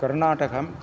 कर्णाटकं